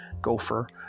Gopher